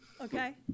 Okay